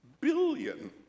billion